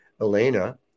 Elena